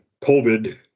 COVID